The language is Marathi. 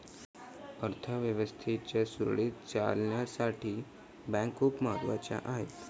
अर्थ व्यवस्थेच्या सुरळीत चालण्यासाठी बँका खूप महत्वाच्या आहेत